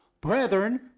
brethren